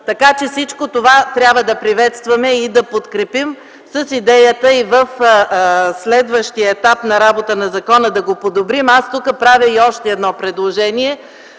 канали. Всичко това трябва да приветстваме и да подкрепим с идеята и в следващия етап на работа по закона да го подобрим. Аз тук правя и още едно предложение,